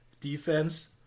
defense